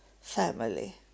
family